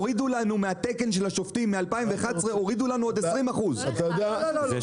שמ-2011 הורידו מהתקן של השופטים עוד 20%. זה